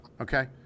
okay